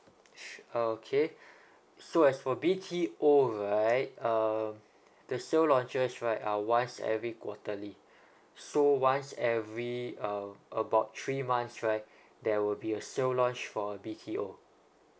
sure okay so as for B_T_O right uh there's so launchers right uh once every quarterly so once every uh about three months right there will be a sale launch for a B_T_O